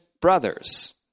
brothers